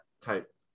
type